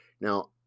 Now